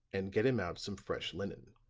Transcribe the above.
and get him out some fresh linen.